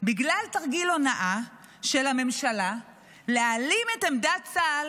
בגלל תרגיל הונאה של הממשלה להעלים את עמדת צה"ל,